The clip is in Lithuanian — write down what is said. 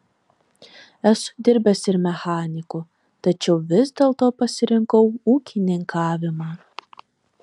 esu dirbęs ir mechaniku tačiau vis dėlto pasirinkau ūkininkavimą